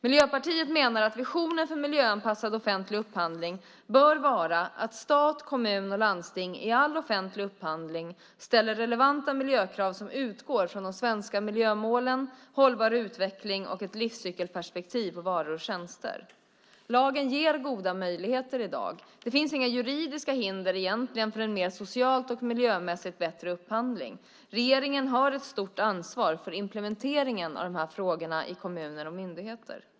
Miljöpartiet menar att visionen för miljöanpassad offentlig upphandling bör vara att stat, kommun och landsting i all offentlig upphandling ställer relevanta miljökrav som utgår från de svenska miljömålen, hållbar utveckling och ett livscykelperspektiv på varor och tjänster. Lagen ger goda möjligheter i dag. Det finns egentligen inga juridiska hinder för en socialt och miljömässigt bättre upphandling. Regeringen har ett stort ansvar för implementeringen av de här frågorna i kommuner och myndigheter.